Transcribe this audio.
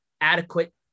adequate